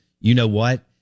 you-know-what